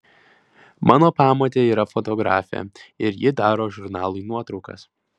mano pamotė yra fotografė ir ji daro žurnalui nuotraukas